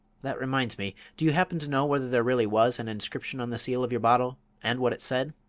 that reminds me, do you happen to know whether there really was an inscription on the seal of your bottle, and what it said?